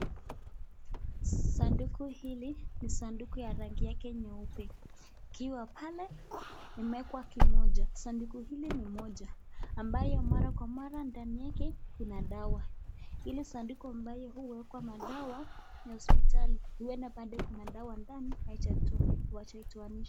Sanduku hili ni sanduku ya rangi yake nyeupe. Kikiwa pale imewekwa kimoja. Sanduku hili ni moja ambayo mara kwa mara ndani yake kuna dawa. Hili sanduku ambayo huwekwa madawa ya hospitali. Huenda pale kuna dawa ndani haitatua. Wacha itoe.